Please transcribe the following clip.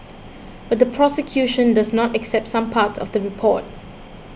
but the prosecution does not accept some parts of the report